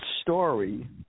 story